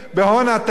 רבותי,